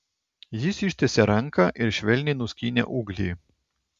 jis ištiesė ranką ir švelniai nuskynė ūglį